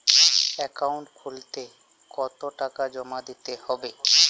Account খুলতে কতো টাকা জমা দিতে হবে?